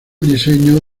diseño